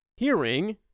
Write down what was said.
Hearing